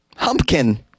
humpkin